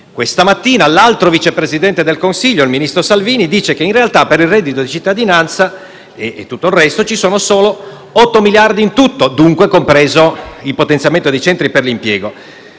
Questa mattina, l'altro Vice Presidente del Consiglio, il ministro Salvini, ha dichiarato che in realtà per il reddito di cittadinanza e tutto il resto ci sono solo 8 miliardi in tutto, dunque compreso il potenziamento dei centri per l'impiego.